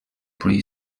pre